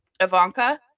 Ivanka